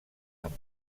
amb